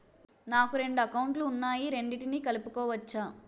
నాకు రెండు అకౌంట్ లు ఉన్నాయి రెండిటినీ కలుపుకోవచ్చా?